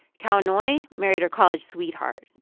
kauanoe married her college sweetheart.